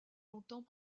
longtemps